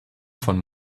von